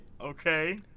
Okay